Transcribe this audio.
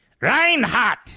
Reinhart